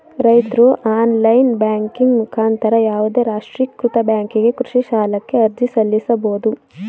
ರೈತ್ರು online banking ಮುಖಾಂತರ ಯಾವುದೇ ರಾಷ್ಟ್ರೀಕೃತ ಬ್ಯಾಂಕಿಗೆ ಕೃಷಿ ಸಾಲಕ್ಕೆ ಅರ್ಜಿ ಸಲ್ಲಿಸಬೋದು